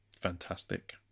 fantastic